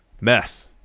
Mess